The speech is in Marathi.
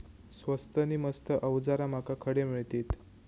स्वस्त नी मस्त अवजारा माका खडे मिळतीत?